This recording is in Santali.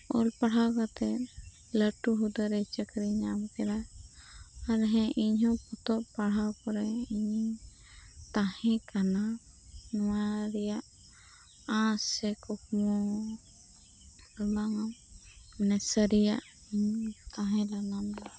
ᱚᱞ ᱯᱟᱲᱦᱟᱣ ᱠᱟᱛᱮᱜ ᱞᱟᱴᱩ ᱦᱩᱫᱟᱹᱨᱮ ᱪᱟᱠᱨᱤ ᱧᱟᱢ ᱠᱮᱫᱟ ᱟᱨ ᱦᱮᱸ ᱤᱧ ᱦᱚᱸ ᱯᱚᱛᱚᱵ ᱯᱟᱲᱦᱟᱣ ᱯᱚᱨᱮ ᱤᱧᱤᱧ ᱛᱟᱦᱮᱸ ᱠᱟᱱᱟ ᱱᱚᱣᱟ ᱨᱮᱭᱟᱜ ᱟᱸᱥ ᱥᱮ ᱠᱩᱠᱢᱩ ᱵᱟᱝᱼᱟ ᱢᱟᱱᱮ ᱥᱟᱨᱤᱭᱟᱜ ᱤᱧ ᱛᱟᱦᱮᱸ ᱞᱮᱱᱟ